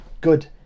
Good